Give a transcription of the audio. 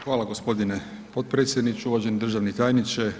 Hvala g. potpredsjedniče, uvaženi državni tajniče.